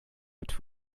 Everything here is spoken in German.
wird